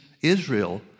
Israel